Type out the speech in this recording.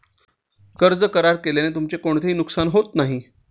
कर्ज करार केल्याने तुमचे कोणतेही नुकसान होत नाही